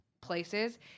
places